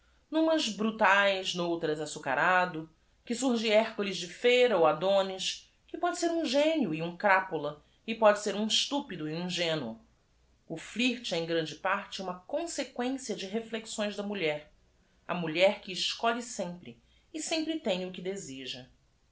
numas brutaes nou tras assucarado que surge hércules de feira ou adonis que pode ser u m gênio e um crápula e pode ser um estúpido e um ingênuo flirt é em giande pai te uma con seqüência de reflexões da m u l h e r a mulher que escolhe sempie e sempre t e m o que deseja